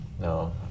no